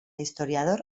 historiador